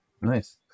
Nice